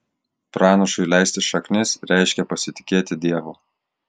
pranašui leisti šaknis reiškia pasitikėti dievu